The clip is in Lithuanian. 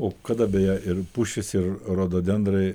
o kada beje ir pušys ir rododendrai